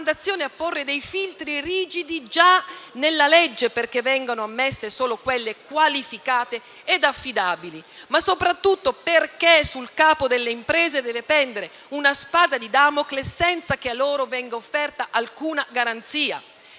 raccomandazione a porre dei filtri rigidi già nella legge perché vengano ammesse solo quelle qualificate ed affidabili? Ma soprattutto, perché sul capo delle imprese deve pendere una spada di Damocle senza che a loro venga offerta alcuna garanzia?